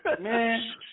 Man